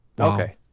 Okay